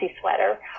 sweater